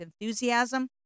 enthusiasm